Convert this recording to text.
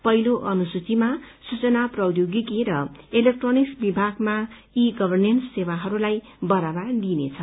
पहिलो अनुसूचीमा सूचना प्रौद्योगिकी र इलेक्ट्रोनिक्स विभागमा ई गवरनेन्स सेवाहरूलाई बढ़ावा दिइनेछ